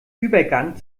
übergang